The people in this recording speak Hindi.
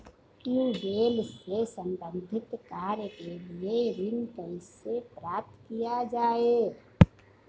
ट्यूबेल से संबंधित कार्य के लिए ऋण कैसे प्राप्त किया जाए?